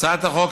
הצעת החוק,